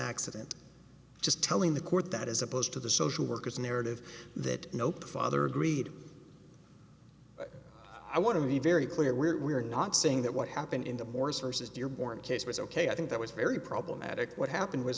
accident just telling the court that as opposed to the social workers narrative that nope father greed i want to be very clear we're not saying that what happened in the more sources dearborn case was ok i think that was very problematic what happened was